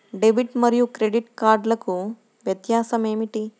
Debit మరియు credit కార్డ్లకు వ్యత్యాసమేమిటీ?